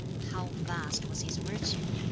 how vast was his virtue!